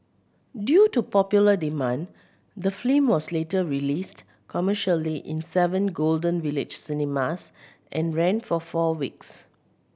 due to popular demand the film was later released commercially in seven Golden Village cinemas and ran for four weeks